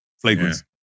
flavors